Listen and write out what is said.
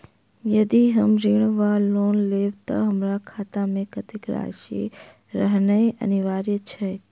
यदि हम ऋण वा लोन लेबै तऽ हमरा खाता मे कत्तेक राशि रहनैय अनिवार्य छैक?